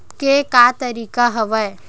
के का तरीका हवय?